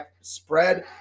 spread